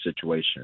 situation